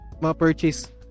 ma-purchase